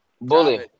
Bully